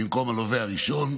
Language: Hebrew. במקום הלווה הראשון,